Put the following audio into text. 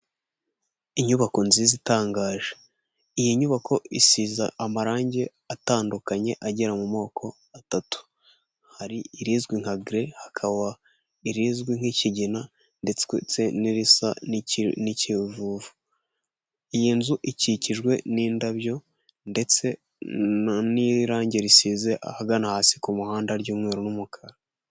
Inyubako nziza itangaje. Iyi nyubako isize amarangi atandukanye agera mu moko atatu. Hari irizwi nka gere, hakaba irizwi nk'ikigina ndetse n'irisa n'ikivuvu. Iyi nzu ikikijwe n'indabyo ndetse n'iy'irangi risize ahagana hasi ku muhanda ry'umweru n'umukara.